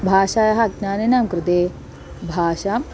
भाषायाः ज्ञानिनां कृते भाषां